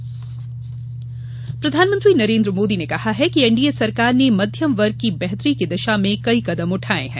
प्रधानमंत्री प्रधानमंत्री नरेन्द्र मोदी ने कहा कि एनडीए सरकार ने मध्यम वर्ग की बेहतरी की दिशा में कई कदम उठाये हैं